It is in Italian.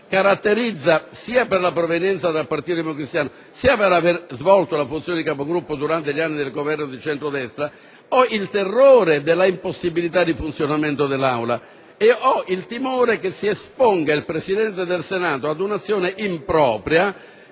che mi caratterizza sia per la provenienza dal partito democristiano sia per aver svolto la funzione di Capogruppo durante gli anni del Governo di centro-destra, dell'impossibilità di funzionamento dell'Assemblea. Inoltre, ho il timore che si esponga il Presidente del Senato ad un'azione impropria,